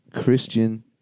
Christian